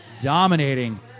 dominating